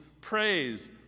praise